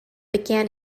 began